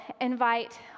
invite